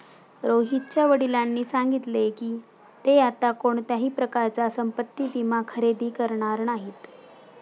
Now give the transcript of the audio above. रोहितच्या वडिलांनी सांगितले की, ते आता कोणत्याही प्रकारचा संपत्ति विमा खरेदी करणार नाहीत